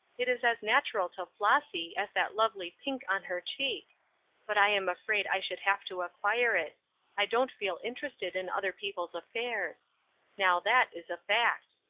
it is as natural to flossy as that lovely pink on her cheek but i am afraid i should have to acquire it i don't feel interested in other people's affairs now, that is a fact.